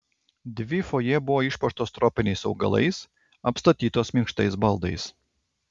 dvi fojė buvo išpuoštos tropiniais augalais apstatytos minkštais baldais